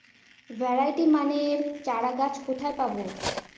Variety মানের চারাগাছ কোথায় পাবো?